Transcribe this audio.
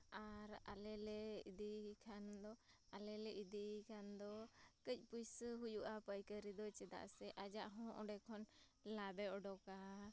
ᱟᱨ ᱟᱞᱮ ᱞᱮ ᱤᱫᱤᱭᱮ ᱠᱷᱟᱱ ᱫᱚ ᱟᱞᱮ ᱞᱮ ᱤᱫᱤᱭᱮ ᱠᱷᱟᱱ ᱫᱚ ᱠᱟᱹᱡ ᱯᱩᱭᱥᱟᱹ ᱦᱩᱭᱩᱜᱼᱟ ᱯᱟᱹᱭᱠᱟᱹᱨᱤ ᱫᱚ ᱪᱮᱫᱟᱜ ᱥᱮ ᱟᱡᱟᱜ ᱦᱚᱸ ᱚᱸᱰᱮ ᱠᱷᱚᱱ ᱞᱟᱵᱮ ᱚᱰᱚᱠᱟ